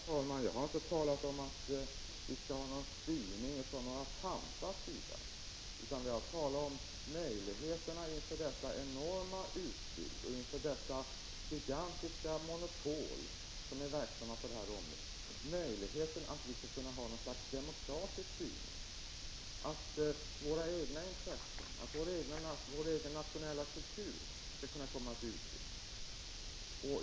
Herr talman! Jag har inte talat om att vi skall ha en styrning från några pampars sida, utan jag har talat om våra möjligheter att inför detta enorma 37 utbud och inför de gigantiska monopol som är verksamma på massmedieområdet ha något slags demokratisk styrning och att låta vår nationella kultur komma till uttryck.